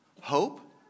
Hope